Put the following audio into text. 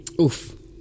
Oof